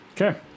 okay